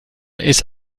ist